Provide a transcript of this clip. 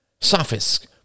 Sophists